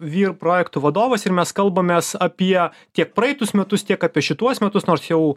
vyr projektų vadovas ir mes kalbamės apie tiek praeitus metus tiek apie šituos metus nors jau